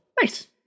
Nice